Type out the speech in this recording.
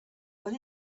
when